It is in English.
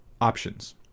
options